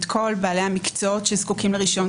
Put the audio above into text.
את כל בעלי המקצועות שזקוקים לרישיון,